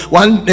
one